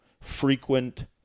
frequent